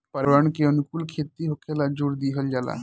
पर्यावरण के अनुकूल खेती होखेल जोर दिहल जाता